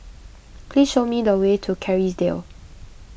please show me the way to Kerrisdale